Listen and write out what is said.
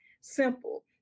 simple